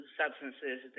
substances